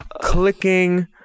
clicking